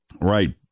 Right